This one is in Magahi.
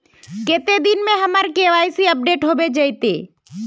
कते दिन में हमर के.वाई.सी अपडेट होबे जयते?